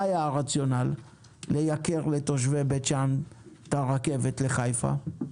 מה היה הרציונל לייקר לתושבי בית שאן את הרכבת לחיפה?